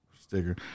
sticker